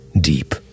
deep